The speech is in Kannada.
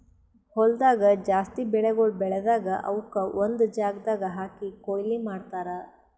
ಹೊಲ್ದಾಗ್ ಜಾಸ್ತಿ ಬೆಳಿಗೊಳ್ ಬೆಳದಾಗ್ ಅವುಕ್ ಒಂದು ಜಾಗದಾಗ್ ಹಾಕಿ ಕೊಯ್ಲಿ ಮಾಡ್ತಾರ್